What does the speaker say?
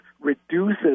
reduces